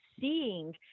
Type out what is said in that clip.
seeing